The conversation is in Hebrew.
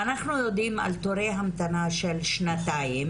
אנחנו יודעים על תורי המתנה של שנתיים.